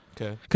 Okay